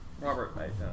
Robert